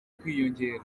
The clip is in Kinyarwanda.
kwiyongera